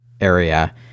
area